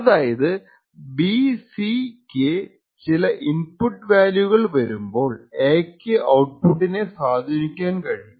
അതായത് B C ക്ക് ചില ഇൻപുട്ട് വാല്യൂകൾ വരുമ്പോൾ എ ക്ക് ഔട്പുട്ടിനെ സ്വാധീനിക്കാൻ കഴിയും